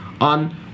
on